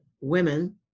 women